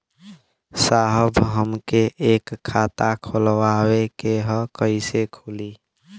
साहब हमके एक खाता खोलवावे के ह कईसे खुली?